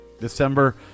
December